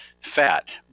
fat